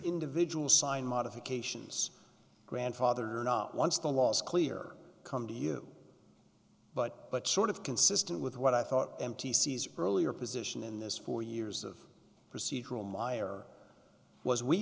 individual sign modifications grandfather or not once the law is clear come to you but but sort of consistent with what i thought mt sees earlier position in this four years of procedural meyer was we